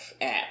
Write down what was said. app